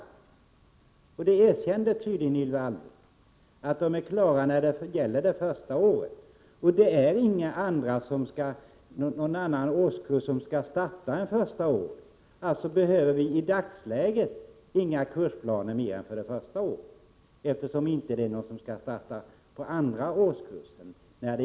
Ylva Annerstedt erkände tydligen att planerna är klara för den första årskursen. Men eftersom det inte är några andra årskurser som skall starta nu behöver vi i dagsläget inte några andra kursplaner.